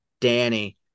danny